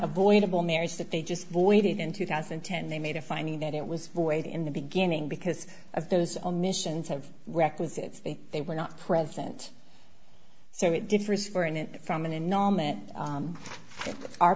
avoidable marriage that they just voided in two thousand and ten they made a finding that it was void in the beginning because of those omissions have requisites they were not present so it di